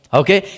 okay